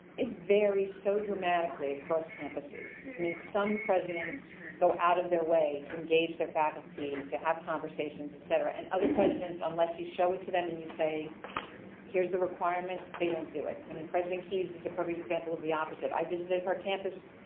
it varies so dramatically across campuses. i mean some presidents go out of their way to engage their faculty, to have conversations, et cetera and other presidents unless you show it to them and you say here's the requirement. they don't do it. i mean president keizs is a perfect example of the opposite. i visited her campus.